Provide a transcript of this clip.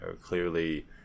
clearly